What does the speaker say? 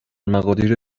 مقادیر